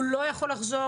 הוא לא יכול לחזור,